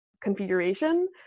configuration